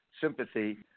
Sympathy